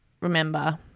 remember